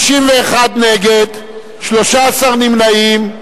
61 נגד, 13 נמנעים.